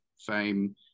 fame